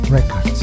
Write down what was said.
Records